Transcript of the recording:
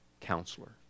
Counselor